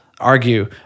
argue